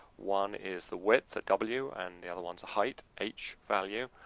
one is the width at w and the other one is the height, h value.